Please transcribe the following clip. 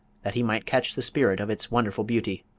that he might catch the spirit of its wonderful beauty.